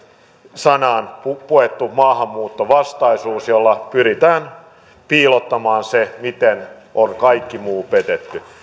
sanaan puettu maahanmuuttovastaisuus jolla pyritään piilottamaan se miten on kaikki muu petetty